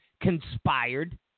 conspired